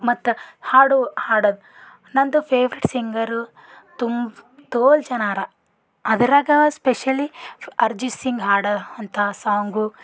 ಮತ್ತು ಹಾಡು ಹಾಡೋದ್ ನನ್ನದು ಫೇವ್ರೆಟ್ ಸಿಂಗರು ತುಂಬ ತೋಲು ಜನ ಅರ ಅದರಾಗ ಸ್ಪೆಷಲಿ ಅರ್ಜೀತ್ ಸಿಂಗ್ ಹಾಡೊ ಅಂಥ ಸಾಂಗು